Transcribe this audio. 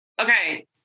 Okay